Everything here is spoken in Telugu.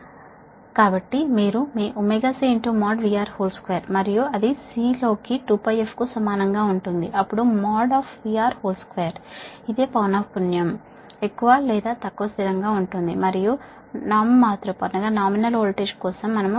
కాబట్టి మీరు మీ ωC VR2 మరియు అది C లోకి 2πf కు సమానంగా ఉంటుంది అప్పుడు VR2 ఇదే పౌనఃపున్యం ఫ్రీక్వెన్సీ ఎక్కువ లేదా తక్కువ స్థిరంగా ఉంటుంది మరియు ఒకవేళ నామినల్ వోల్టేజ్ కోసం ఒకవేళ మనం VR కాన్స్టాంట్ గా అనుకుందాము